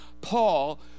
Paul